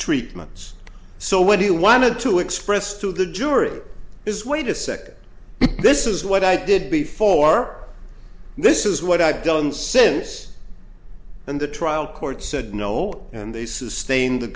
treatments so what he wanted to express to the jury is wait a second this is what i did before this is what i've done since and the trial court said no and they sustained the